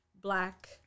black